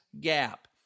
gap